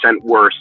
worse